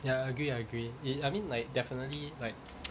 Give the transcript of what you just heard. ya I agree I agree it I mean like definitely like